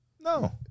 No